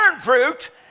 fruit